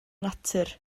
natur